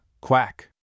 Quack